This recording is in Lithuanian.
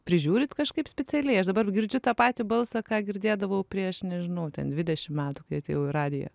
prižiūrit kažkaip specialiai aš dabar girdžiu tą patį balsą ką girdėdavau prieš nežinau ten dvidešim metų kai atėjau į radiją